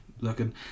looking